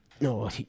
no